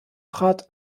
trat